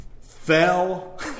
fell